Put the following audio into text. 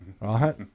right